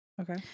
Okay